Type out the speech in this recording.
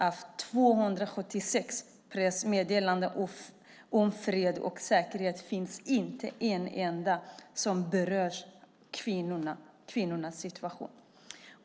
Av 276 pressmeddelanden om fred och säkerhet finns inte ett enda som berör kvinnornas situation.